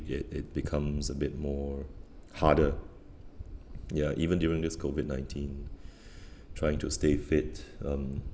it it becomes a bit more harder ya even during this COVID nineteen trying to stay fit um